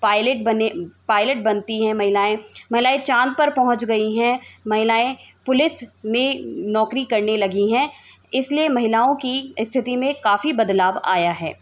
pilot बने pilot बनती हैं महिलाएँ महिलाएँ चांद पर पहुंच गई हैं महिलाएँ पुलिस में नौकरी करने लगी हैं इस लिए महिलाओं की स्थिति में काफ़ी बदलाव आया है